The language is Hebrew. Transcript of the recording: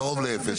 קרוב לאפס,